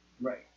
Right